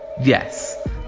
Yes